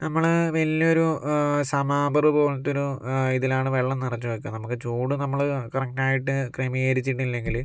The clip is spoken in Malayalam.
നമ്മള് വലിയൊരു സമോവർ പോലത്തെയൊരു ഇതിലാണ് വെള്ളം നിറച്ച് വയ്ക്കുന്നത് നമുക്ക് ചൂട് നമ്മള് കറക്റ്റായിട്ട് ക്രമീകരിച്ചിട്ടില്ലെങ്കില്